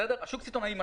שוק סיטונאי,